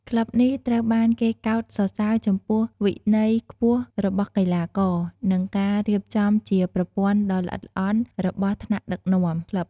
ក្លឹបនេះត្រូវបានគេកោតសរសើរចំពោះវិន័យខ្ពស់របស់កីឡាករ និងការរៀបចំជាប្រព័ន្ធដ៏ល្អិតល្អន់របស់ថ្នាក់ដឹកនាំក្លឹប។